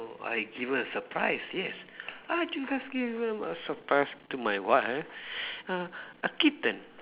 oh I give her a surprise yes I do have give her a surprise to my wife uh a kitten